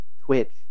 Twitch